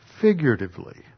figuratively